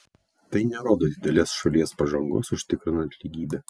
tai nerodo didelės šalies pažangos užtikrinant lygybę